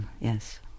Yes